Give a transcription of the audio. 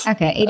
Okay